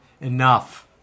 enough